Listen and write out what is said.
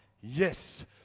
yes